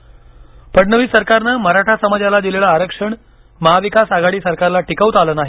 मराठा फडणवीस सरकारनं मराठा समाजाला दिलेलं आरक्षण महाविकास आघाडी सरकारला टिकविता आलं नाही